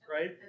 right